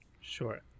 Sure